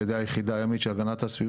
ידי היחידה הימית של המשרד להגנת הסביבה,